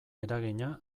eragina